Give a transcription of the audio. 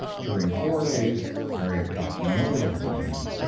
during four days harriet got no letter from him.